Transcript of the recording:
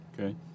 Okay